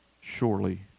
surely